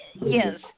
Yes